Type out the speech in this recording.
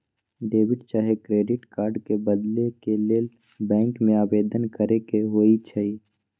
debit चाहे credit card के बदले के लेल बैंक में आवेदन करेके होइ छइ